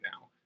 now